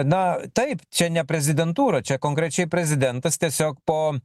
na taip čia ne prezidentūra čia konkrečiai prezidentas tiesiog po